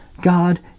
God